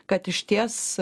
kad išties